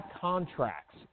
contracts